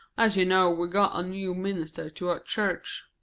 as you know we'd got a new minister to our church.